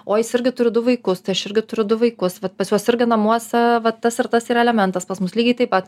o jis irgi turi du vaikus tai aš irgi turiu du vaikus vat pas juos irgi namuose va tas ir tas yra elementas pas mus lygiai taip pat